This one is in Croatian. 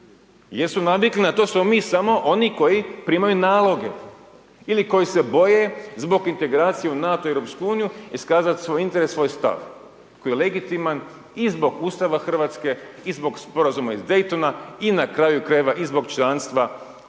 su navikli na to, to smo mi, samo oni koji primaju naloge, ili koji se boje zbog integracije u NATO i Europsku uniju iskazat svoj interes, svoj stav, koji je legitiman i zbog Ustava Hrvatske, i zbog Sporazuma iz Daytona, i na kraju krajeva i zbog članstva u